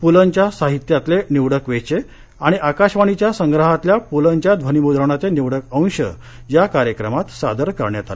पूलंच्या साहित्यातले निवडक वेचे आणि आकाशवाणीच्या संग्रहातल्या प्लंच्या ध्वनिमुद्रणाचे निवडक अंश या कार्यक्रमात सादर करण्यात आले